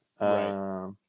right